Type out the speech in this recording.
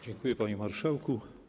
Dziękuję, panie marszałku.